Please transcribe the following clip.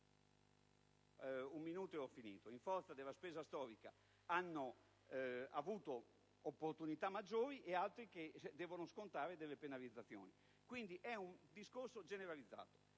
- ci sono Comuni che, in forza della spesa storica, hanno avuto opportunità maggiori e altri che devono scontare delle penalizzazioni; quindi, è un discorso generalizzato.